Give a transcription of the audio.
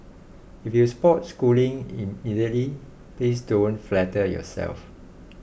if you spot Schooling immediately please don't flatter yourself